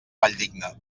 valldigna